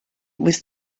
was